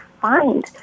find